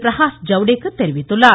பிரகாஷ் ஜவ்டேகர் தெரிவித்துள்ளார்